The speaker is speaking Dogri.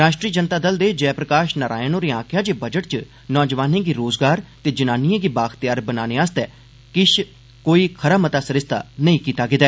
रॉश्ट्री जनता दल दे जयप्रकाष नारायण होरें आक्खेआ जे बजट च नौजुआनें गी रोज़गार ते जनानियें गी बाख्त्यार बनाने आस्तै किष कोई खरा मता सरिस्ता नेंई किता गेदा ऐ